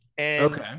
Okay